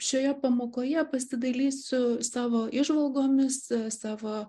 šioje pamokoje pasidalysiu savo įžvalgomis savo